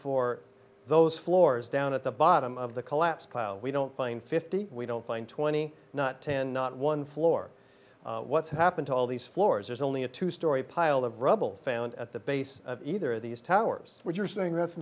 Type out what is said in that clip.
for those floors down at the bottom of the collapsed pile we don't find fifty we don't find twenty not ten not one floor what's happened to all these floors there's only a two story pile of rubble found at the base of either of these towers what you're saying that's